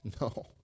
No